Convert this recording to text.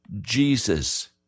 Jesus